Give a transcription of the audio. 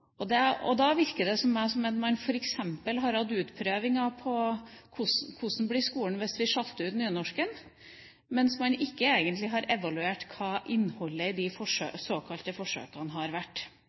Det virker for meg som at man f.eks. har hatt utprøvinger på hvordan skolen blir hvis vi sjalter ut nynorsk, men ikke egentlig har evaluert hva innholdet i de såkalte forsøkene har vært.